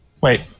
Wait